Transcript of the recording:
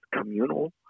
communal